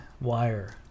wire